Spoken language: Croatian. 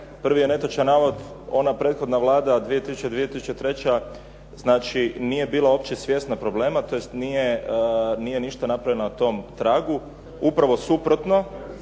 Prvi je netočan navod ona prethodna Vlada 2000./2003., znači nije bila uopće svjesna problema, tj, nije ništa napravljeno na tom tragu. Upravo suprotno,